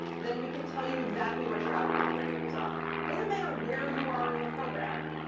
then we can tell you exactly what your output parameters are. doesn't matter where you are in the program.